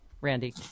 Randy